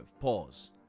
Pause